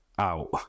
out